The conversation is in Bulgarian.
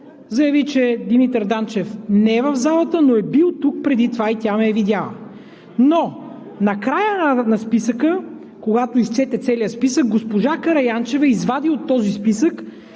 заяви, че Димитър Данчев не е в залата, но е бил тук преди това и тя ме е видяла. Но накрая, когато изчете целия списък, госпожа Караянчева извади от този списък